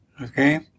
Okay